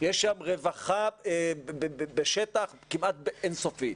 יש שם שטח כמעט אין-סופי.